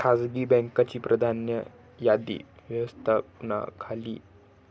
खासगी बँकांची प्राधान्य यादी व्यवस्थापनाखाली